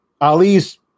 Ali's